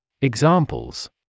Examples